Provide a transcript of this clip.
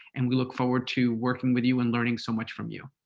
and we look forward to working with you and learning so much from you.